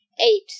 Eight